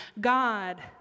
God